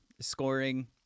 scoring